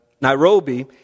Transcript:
Nairobi